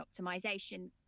optimization